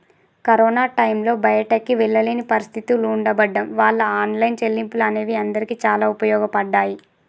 corona టైంలో బయటికి వెళ్ళలేని పరిస్థితులు ఉండబడ్డం వాళ్ళ ఆన్లైన్ చెల్లింపులు అనేవి అందరికీ చాలా ఉపయోగపడ్డాయి